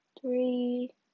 three